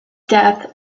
death